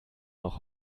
noch